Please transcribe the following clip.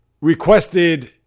requested